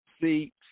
See